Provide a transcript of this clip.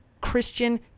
Christian